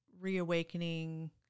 reawakening